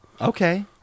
Okay